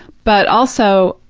but also,